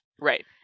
right